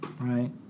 Right